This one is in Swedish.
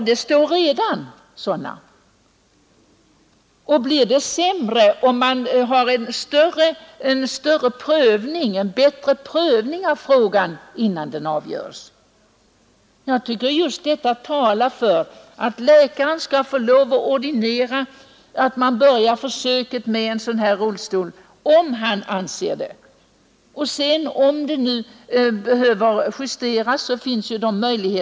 Det står redan sådana, och misstagen blir inte fler om man bättre prövar frågan innan den avgörs. Just detta talar för att läkaren skall få lov att ordinera en rullstol på försök om han anser det lämpligt.